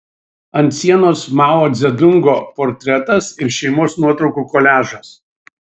ant sienos mao dzedungo portretas ir šeimos nuotraukų koliažas